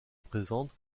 présente